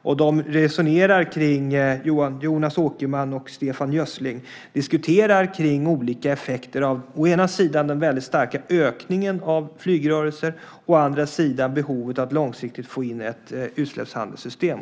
Jonas Åkerman och Stefan Gössling diskuterar kring olika effekter av å ena sidan den väldigt starka ökningen av flygrörelser och å andra sidan behovet av att långsiktigt få in ett utsläppshandelssystem.